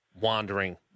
wandering